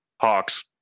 Hawks